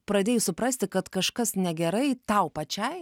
pradėjai suprasti kad kažkas negerai tau pačiai